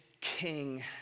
king